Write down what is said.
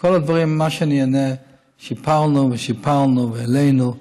כל הדברים שאני אענה: שיפרנו, ושיפרנו, והעלינו,